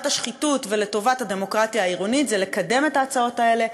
השחיתות ולטובת הדמוקרטיה העירונית זה לקדם את ההצעות האלה,